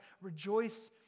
rejoice